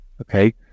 okay